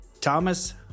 Thomas